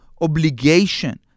obligation